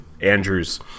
Andrew's